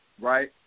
right